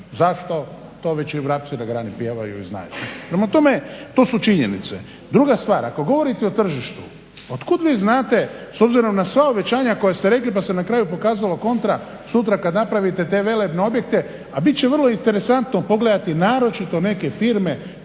Zašto, to već i vrapci na grani pjevaju i znaju. Prema tome, to su činjenice. Druga stvar, ako govorite o tržištu otkud vi znate s obzirom na sva obećanja koja ste rekli pa se na kraju pokazalo kontra, sutra kad napravite te velebne objekte, a bit će vrlo interesantno pogledati naročito neke firme